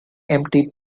empty